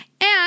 And-